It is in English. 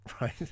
right